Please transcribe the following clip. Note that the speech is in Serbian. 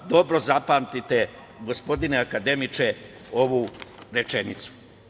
Dobro zapamtite, gospodine akademiče, ovu rečenicu.